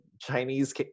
Chinese